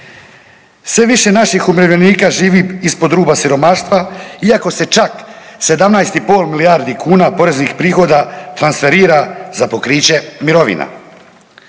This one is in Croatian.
Sve više naših umirovljenika živi ispod ruba siromaštva, iako se čak 17,5 milijardi kuna poreznih prihoda transferira za pokriće mirovina.